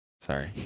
sorry